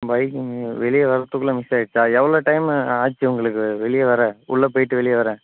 bike வெளியே வரவதுக்குள்ள miss ஆகிடுச்சா எவ்வளோ டைம்மு ஆச்சு உங்களுக்கு வெளியே வர உள்ளே போயிட்டு வெளியே வர